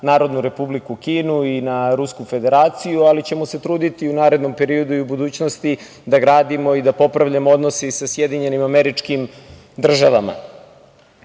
Narodnu Republiku Kinu i na Rusku Federaciju, ali ćemo se truditi da u narednom periodu i u budućnosti da gradimo i da popravljamo odnose i sa SAD, jer smatram da